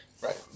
Right